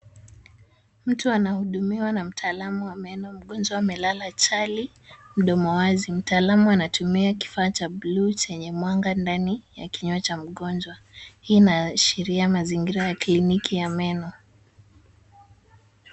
Mtu anamhudumiwa na mtaalamu wa meno. Mgonjwa amelala chali mdomo wazi. Mtaalamu anatumia kifaa cha bluu chenye mwanga ndani ya kinywa cha mgonjwa. Hii inaashiria mazingira ya kliniki ya meno.